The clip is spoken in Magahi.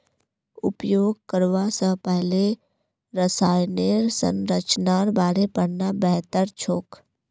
उपयोग करवा स पहले रसायनेर संरचनार बारे पढ़ना बेहतर छोक